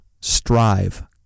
Strive